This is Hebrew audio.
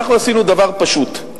אנחנו עשינו דבר פשוט.